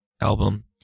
album